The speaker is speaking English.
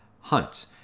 hunt